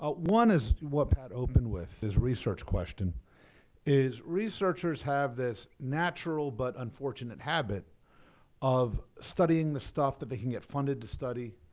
ah one is what pat opened with, his research question is researchers have this natural but unfortunate habit of studying the stuff that they can funded to study,